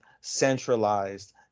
centralized